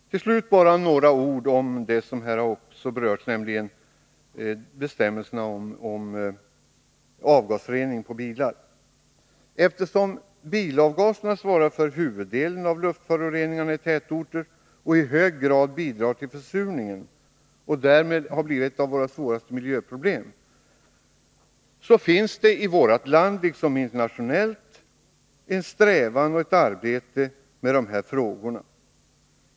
Till slut bara några ord om det som här också har berörts, nämligen bestämmelserna om avgasrening på bilar. Eftersom bilavgaserna svarar för huvuddelen av luftföroreningarna i tätorter och i hög grad bidrar till försurningen och därmed har blivit ett av våra svåraste miljöproblem, finns det i vårt land liksom internationellt en strävan och ett arbete med de här frågorna.